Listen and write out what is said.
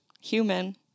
human